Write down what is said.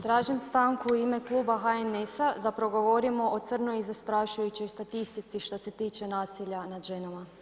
Tražim stanku u ime Kluba HNS-a da progovorimo o crnoj i zastrašujućoj statistici što se tiče nasilja nad ženama.